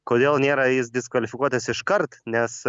kodėl nėra jis diskvalifikuotas iškart nes